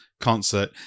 concert